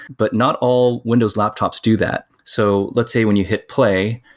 but not all windows laptops do that. so let's say when you hit play,